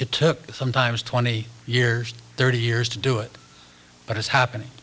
it took sometimes twenty years thirty years to do it but it's happening